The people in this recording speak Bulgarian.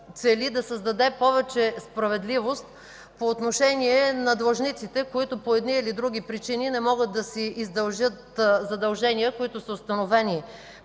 да създаде повече справедливост по отношение на длъжниците, които по едни или други причини не могат да си издължат задължения, установени